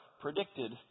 predicted